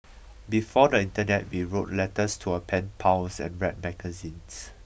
before the internet we wrote letters to our pen pals and read magazines